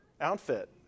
outfit